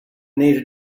needed